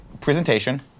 presentation